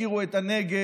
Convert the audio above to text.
יפקירו את הנגב,